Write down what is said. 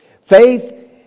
Faith